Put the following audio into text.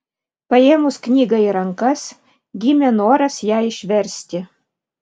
paėmus knygą į rankas gimė noras ją išversti